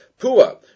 pua